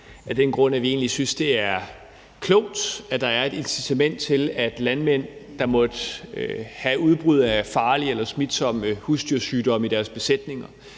af den grund, at vi egentlig synes, det er klogt, at der er et incitament til, at landmænd, der måtte have udbrud af farlige eller smitsomme husdyrsygdomme i deres besætninger,